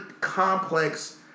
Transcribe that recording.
complex